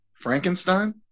Frankenstein